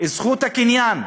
זכות הקניין,